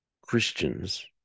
Christians